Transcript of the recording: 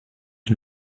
ich